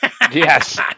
Yes